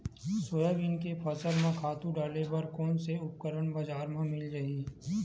Soybean के फसल म खातु डाले बर कोन से उपकरण बजार म मिल जाहि?